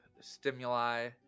stimuli